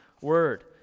word